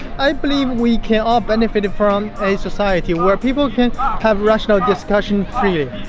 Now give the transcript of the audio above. i believe we can all benefit and from a society where people can have rational discussions freely.